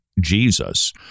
Jesus